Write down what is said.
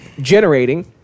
generating